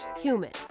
human